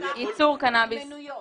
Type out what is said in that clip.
איסור קנאביס.